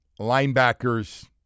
linebackers